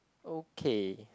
okay